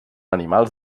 animals